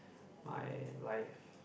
my life